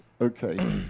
Okay